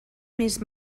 més